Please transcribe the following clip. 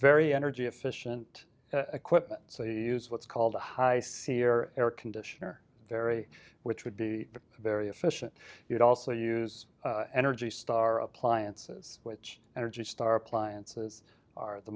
very energy efficient equipment so use what's called a high sea or air conditioner very which would be very efficient you'd also use energy star appliances which energy star appliances are the